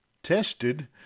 tested